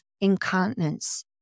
incontinence